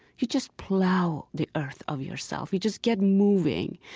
you just plow the earth of yourself. you just get moving.